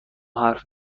حرف